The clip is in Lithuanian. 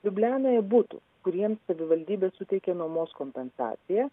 liublianoje butų kuriems savivaldybė suteikė nuomos kompensaciją